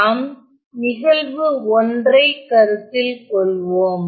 நாம் நிகழ்வு ஒன்றை கருத்தில் கொள்வோம்